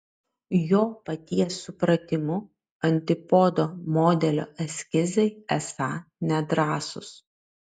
jo paties supratimu antipodo modelio eskizai esą nedrąsūs